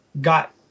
got